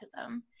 autism